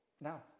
Now